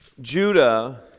Judah